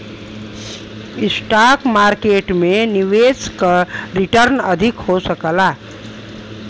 stock market में निवेश क रीटर्न अधिक हो सकला